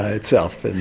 ah itself. and